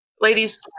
ladies